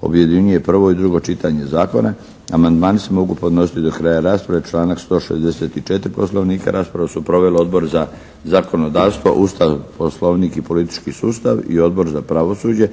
objedinjuje prvo i drugo čitanje zakona. Amandmani se mogu podnositi do kraja rasprave članak 164. Poslovnika. Raspravu su proveli Odbora za zakonodavstvo, Ustav, Poslovnik i politički sustav i Odbor za pravosuđe.